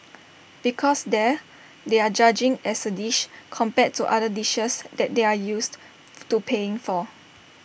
because there they're judging as A dish compared to other dishes that they're used to paying for